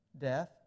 death